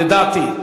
לדעתי.